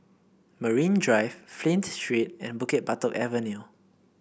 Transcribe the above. Marine Drive Flint Street and Bukit Batok Avenue